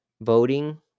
voting